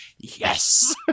yes